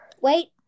Wait